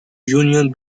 union